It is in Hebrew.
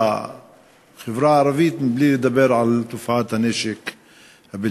בחברה הערבית בלי לדבר על תופעת הנשק הבלתי-חוקי.